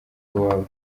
uwabo